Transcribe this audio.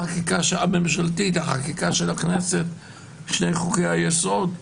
החקיקה הממשלתית, החקיקה של הכנסת של חוקי היסוד.